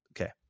Okay